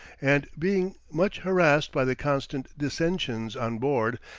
and being much harassed by the constant dissensions on board,